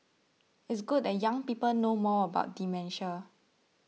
it's good that young people know more about dementia